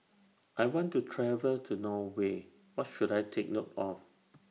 I want to travel to Norway What should I Take note of